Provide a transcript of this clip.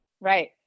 Right